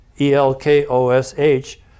E-L-K-O-S-H